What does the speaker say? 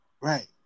right